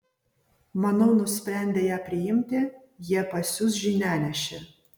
manau nusprendę ją priimti jie pasiųs žinianešį